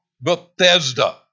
Bethesda